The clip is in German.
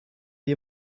wie